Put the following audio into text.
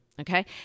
Okay